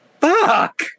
fuck